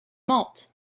malt